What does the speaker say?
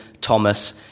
Thomas